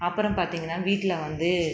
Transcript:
அப்புறம் பார்த்திங்கனா வீட்டில் வந்து